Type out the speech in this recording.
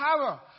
power